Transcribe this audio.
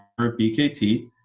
BKT